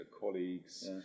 colleagues